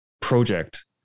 project